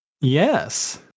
Yes